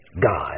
God